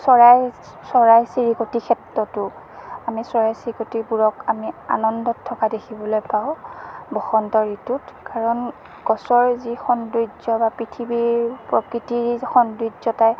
চৰাই চৰাই চিৰিকটিৰ ক্ষেত্ৰতো আমি চৰাই চিৰিকটিবোৰক আমি আনন্দত থকা দেখিবলৈ পাওঁ বসন্ত ঋতুত কাৰণ গছৰ যি সৌন্দৰ্য বা পৃথিৱীৰ প্ৰকৃতিৰ সৌন্দৰ্যতাই